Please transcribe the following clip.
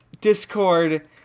Discord